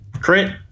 Crit